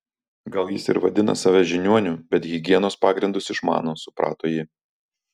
gal jis ir vadina save žiniuoniu bet higienos pagrindus išmano suprato ji